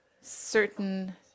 certain